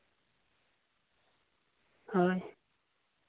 ᱦᱳᱭ